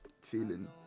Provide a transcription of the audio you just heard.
feeling